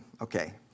Okay